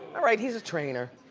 all right, he's a trainer.